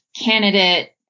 candidate